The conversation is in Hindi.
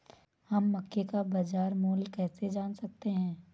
हम मक्के का बाजार मूल्य कैसे जान सकते हैं?